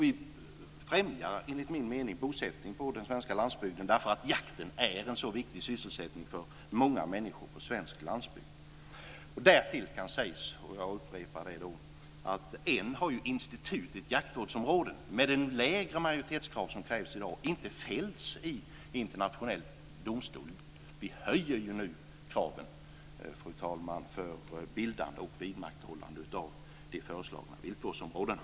Vi främjar enligt min mening bosättning på den svenska landsbygden därför att jakten är en så viktig sysselsättning för många människor på svensk landsbygd. Därtill kan sägas, vilket jag alltså upprepar, att än så länge har institutet jaktvårdsområde, med de lägre majoritetskrav som finns i dag, inte fällts i internationell domstol. Nu höjer vi kraven, fru talman, för bildande och vidmakthållande av de föreslagna viltvårdsområdena.